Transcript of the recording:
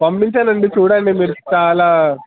పంపించాను అండి చూడండి మీరు చాలా